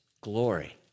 glory